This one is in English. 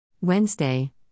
Wednesday